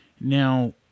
Now